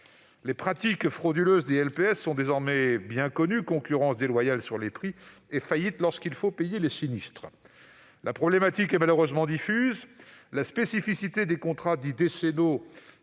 Les pratiques frauduleuses des LPS sont désormais bien connues : concurrence déloyale sur les prix et faillite lorsqu'il faut payer les sinistres. La problématique est malheureusement diffuse. La spécificité des contrats dits « décennaux